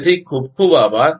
તેથી ખૂબ ખૂબ આભાર